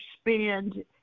spend